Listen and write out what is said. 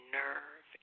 nerve